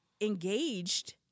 engaged